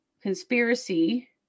conspiracy